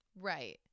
Right